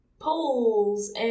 Polls